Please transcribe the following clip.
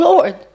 Lord